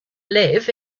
live